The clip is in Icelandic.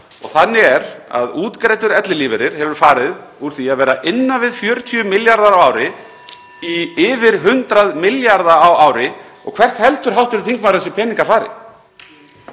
Þannig er að útgreiddur ellilífeyrir hefur farið úr því að vera innan við 40 milljarðar á ári yfir í 100 milljarða á ári. Og hvert heldur hv. þingmaður að þessir peningar fari?